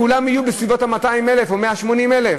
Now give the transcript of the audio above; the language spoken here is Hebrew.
כולם יהיו בסביבות ה-200,000 או 180,000,